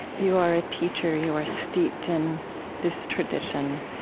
you are a teacher. you are steeped in this tradition.